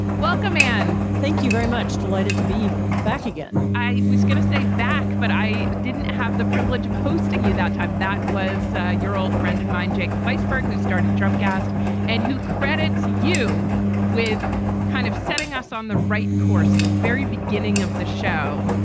welcome, man thank you very much. delighted to be back again i was going to say back, but i didn't have the privilege of hosting you that time. that was your old friend and mine, jacob weisberg, who started trump gassed and who credits you with kind of setting us on the right course, the very beginning of the show.